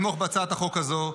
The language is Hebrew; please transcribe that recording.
לתמוך בהצעת החוק הזאת.